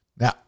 now